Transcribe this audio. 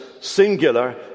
singular